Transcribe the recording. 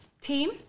team